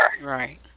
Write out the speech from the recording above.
Right